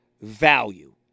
value